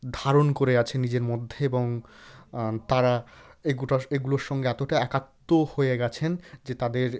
ধারণ করে আছে নিজের মধ্যে এবং তারা এই গোটা এগুলোর সঙ্গে এতোটা একাত্ম হয়ে গেছেন যে তাদের